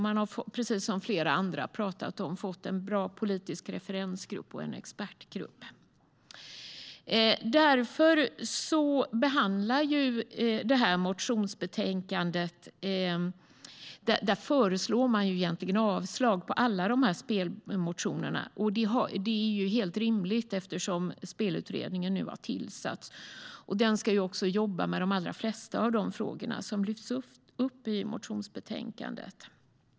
Man har, precis som flera andra pratat om, fått en bra politisk referensgrupp och en expertgrupp. Därför föreslås i det här motionsbetänkandet avslag på egentligen alla spelmotioner. Det är helt rimligt, eftersom Spelutredningen nu har tillsatts. Den ska jobba med de allra flesta av de frågor som lyfts fram i motionsbetänkandet.